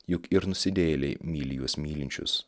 juk ir nusidėjėliai myli juos mylinčius